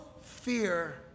fear